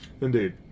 indeed